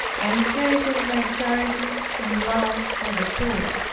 i inherited my charity and love for the poor.